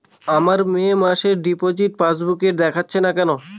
আমার মে মাসের ডিপোজিট পাসবুকে দেখাচ্ছে না কেন?